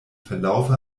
verlaufe